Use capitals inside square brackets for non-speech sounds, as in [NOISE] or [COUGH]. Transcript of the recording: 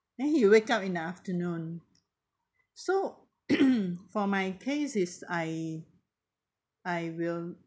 then he wake up in the afternoon so [COUGHS] for my case is I I will